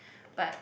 but